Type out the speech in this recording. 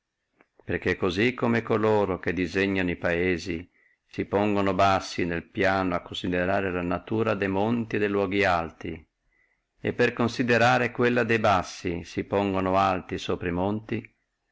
perché cosí come coloro che disegnono e paesi si pongano bassi nel piano a considerare la natura de monti e de luoghi alti e per considerare quella de bassi si pongano alto sopra monti